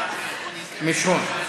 מיש הון.